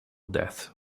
death